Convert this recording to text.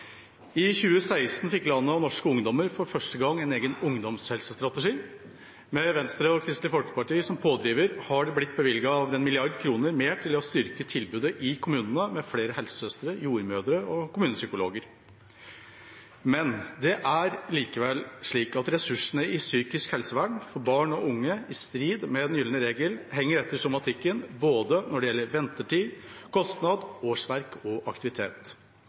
I 2016 fikk landet og norske ungdommer for første gang en egen ungdomshelsestrategi. Med Venstre og Kristelig Folkeparti som pådrivere har det blitt bevilget over 1 mrd. kr mer til å styrke tilbudet i kommunene, med flere helsesøstre, jordmødre og kommunepsykologer. Men det er likevel slik at ressursene i psykisk helsevern for barn og unge, i strid med den gylne regel, henger etter somatikken når det gjelder både ventetid, kostnad, årsverk og aktivitet.